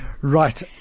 Right